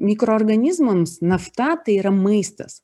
mikroorganizmams nafta tai yra maistas